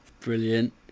brilliant